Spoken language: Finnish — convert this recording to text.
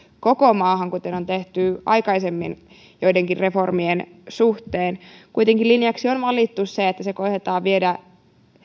koko maahan kuten on tehty aikaisemmin joidenkin reformien suhteen kuitenkin linjaksi on valittu se että se koetetaan viedä